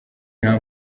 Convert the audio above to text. nta